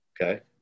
Okay